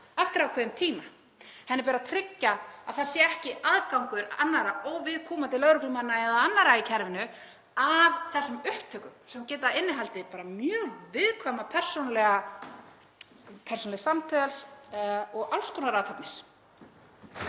eftir ákveðinn tíma. Henni ber að tryggja að það sé ekki aðgangur annarra óviðkomandi lögreglumanna eða annarra í kerfinu að þessum upptökum sem geta innihaldið mjög viðkvæm persónuleg samtöl og alls konar athafnir.